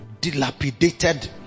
dilapidated